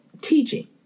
teaching